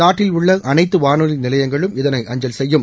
நாட்டில் உள்ள அனைத்து வானொலி நிலையங்களும் இதனை அஞ்சல் செய்யும்